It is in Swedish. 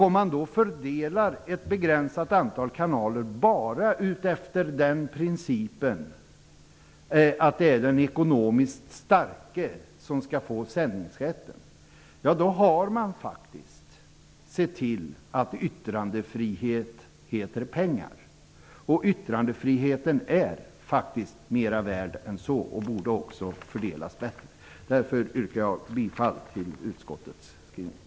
Om man fördelar antalet kanaler bara efter principen att den ekonomiskt starke skall få sändningsrätten, har man då faktiskt tillsett att yttrandefrihet heter pengar. Yttrandefriheten är mera värd än så och borde också fördelas bättre. Jag yrkar därför bifall till utskottets hemställan.